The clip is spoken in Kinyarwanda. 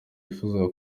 yifuzaga